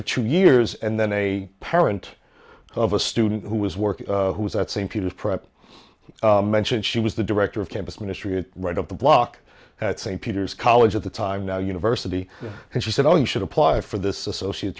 for two years and then a parent of a student who was working who was at st peter's prep mentioned she was the director of campus ministry it right up the block at st peter's college at the time now university and she said oh you should apply for this associate